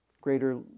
greater